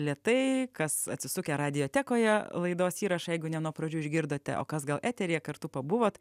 lėtai kas atsisukę raditekoje laidos įrašą jeigu ne nuo pradžių išgirdote o kas gal eteryje kartu pabuvot